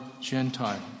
Gentile